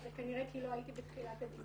אז זה כנראה כי לא הייתי בתחילת הדיון.